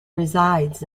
resides